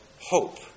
hope